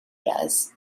does